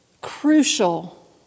crucial